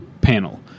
panel